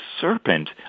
serpent